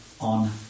on